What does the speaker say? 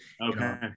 Okay